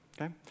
okay